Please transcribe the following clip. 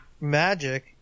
magic